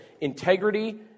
integrity